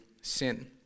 sin